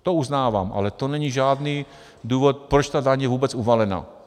To uznávám, ale to není žádný důvod, proč ta daň je vůbec uvalena.